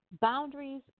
Boundaries